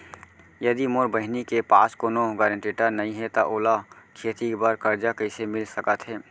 यदि मोर बहिनी के पास कोनो गरेंटेटर नई हे त ओला खेती बर कर्जा कईसे मिल सकत हे?